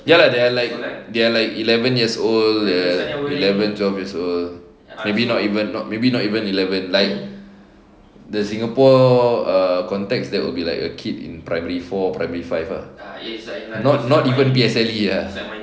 ya lah they are like they are like eleven years old eleven twelve years old ya so maybe not even not maybe not even eleven like the singapore context that will be like a kid in primary four primary five ah it's like not not even P_S_L_E ah